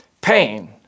pain